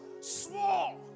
swore